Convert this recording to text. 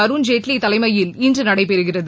அருண்ஜெட்லி தலைமையில் இன்று நடைபெறுகிறது